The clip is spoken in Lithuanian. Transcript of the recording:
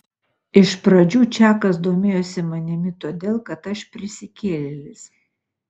iš pradžių čakas domėjosi manimi todėl kad aš prisikėlėlis